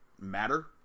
matter